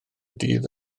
dydd